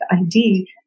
ID